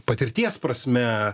patirties prasme